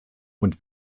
und